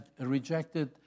rejected